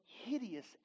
hideous